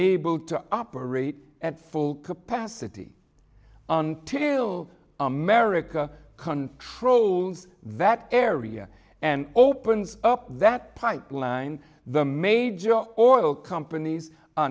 able to operate at full capacity until america controls that area and opens up that pipeline the major oil companies are